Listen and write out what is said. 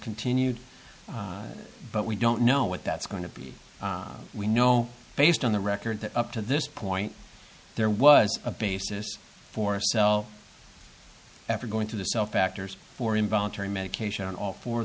continued but we don't know what that's going to be we know based on the record that up to this point there was a basis for so after going through the cell factors for involuntary medication all four of